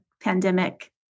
pandemic